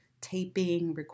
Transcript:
taping